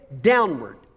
downward